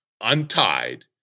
untied